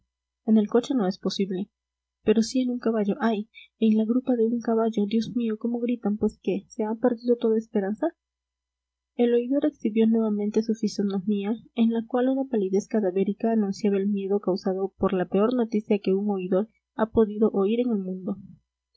en el coche no es posible pero sí en un caballo ay en la grupa de un caballo dios mío cómo gritan pues qué se ha perdido toda esperanza el oidor exhibió nuevamente su fisonomía en la cual una palidez cadavérica anunciaba el miedo causado por la peor noticia que un oidor ha podido oír en el mundo